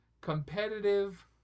competitive